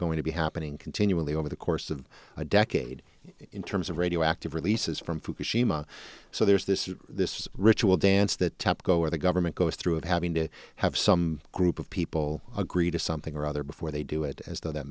going to be happening continually over the course of a decade in terms of radioactive releases from fukushima so there's this this ritual dance that tepco or the government goes through of having to have some group of people agree to something or other before they do it as though that